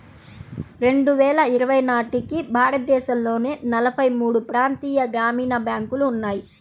రెండు వేల ఇరవై నాటికి భారతదేశంలో నలభై మూడు ప్రాంతీయ గ్రామీణ బ్యాంకులు ఉన్నాయి